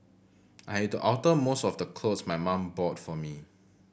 I had to alter most of the clothes my mum bought for me